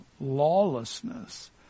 lawlessness